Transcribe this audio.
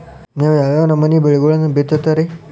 ನೇವು ಯಾವ್ ಯಾವ್ ನಮೂನಿ ಬೆಳಿಗೊಳನ್ನ ಬಿತ್ತತಿರಿ?